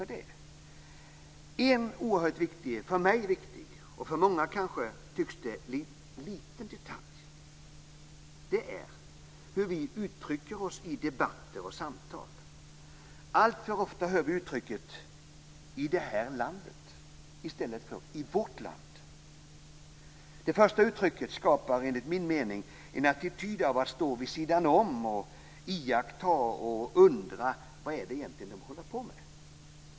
En för mig oerhört viktig fråga, som för många kanske tycks vara en liten detalj, är hur vi uttrycker oss i debatter och samtal. Alltför ofta hör vi uttrycket "i det här landet" i stället för "i vårt land". Det första uttrycket skapar enligt min mening en attityd av att stå vid sidan om och iaktta och undra vad de egentligen håller på med.